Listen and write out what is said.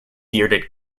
bearded